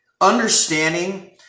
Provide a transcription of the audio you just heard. Understanding